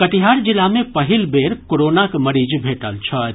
कटिहार जिला मे पहिल बेर कोरोनाक मरीज भेटल छथि